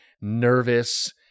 nervous